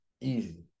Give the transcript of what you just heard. easy